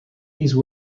these